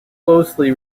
closely